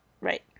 right